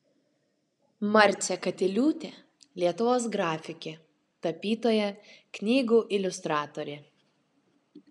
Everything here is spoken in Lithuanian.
marcė katiliūtė lietuvos grafikė tapytoja knygų iliustratorė